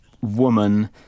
woman